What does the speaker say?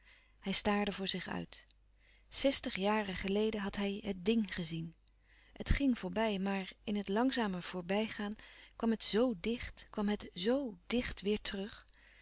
hij staarde voor zich uit zestig jaren geleden had hij het ding gezien het ging voorbij maar in het langzame voorbij gaan kwam het zoo dicht kwam het zoo dicht weêr terug